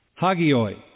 hagioi